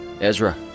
Ezra